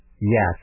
yes